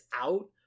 out